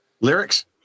Lyrics